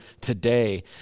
today